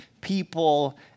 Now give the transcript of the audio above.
people